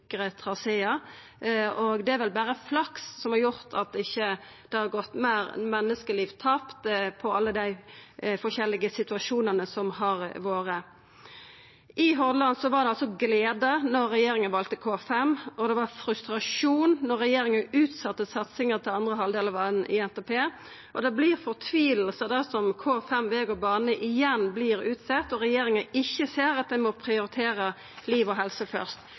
rassikre traséar, og det er vel berre flaks som har gjort at det ikkje har gått fleire menneskeliv tapt i alle dei forskjellige situasjonane som har vore. I Hordaland var det altså glede da regjeringa valde K5, og det var frustrasjon da regjeringa utsette satsinga til andre halvdel av NTP. Det vert fortviling dersom K5 veg og bane igjen vert utsett og regjeringa ikkje ser at ein må prioritera liv og helse først.